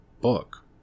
book